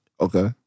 Okay